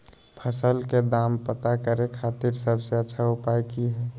फसल के दाम पता करे खातिर सबसे अच्छा उपाय की हय?